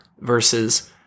Versus